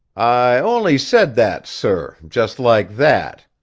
i only said that, sir, just like that.